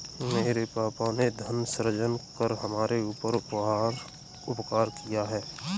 मेरे पापा ने धन सृजन कर हमारे ऊपर उपकार किया है